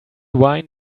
wine